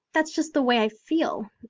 that's just the way i feel.